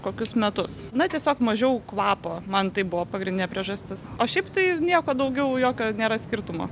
kokius metus na tiesiog mažiau kvapo man tai buvo pagrindinė priežastis o šiaip tai nieko daugiau jokio nėra skirtumo